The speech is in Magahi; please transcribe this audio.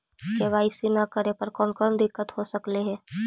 के.वाई.सी न करे पर कौन कौन दिक्कत हो सकले हे?